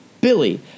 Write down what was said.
Billy